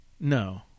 No